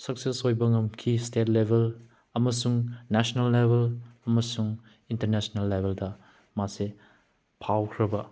success ꯑꯣꯏꯕ ꯉꯝꯈꯤ state ꯂꯦꯕꯦꯜ ꯑꯃꯁꯨꯡ ꯅꯦꯁꯅꯦꯜ ꯂꯦꯕꯦꯜ ꯑꯃꯁꯨꯡ ꯏꯟꯇꯔꯅꯦꯁꯅꯦꯜ ꯂꯦꯕꯦꯜꯗ ꯃꯥꯁꯦ ꯐꯥꯎꯈ꯭ꯔꯕ